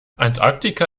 antarktika